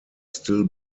still